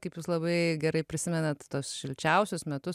kaip jūs labai gerai prisimenat tuos šilčiausius metus